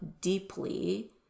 deeply